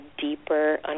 deeper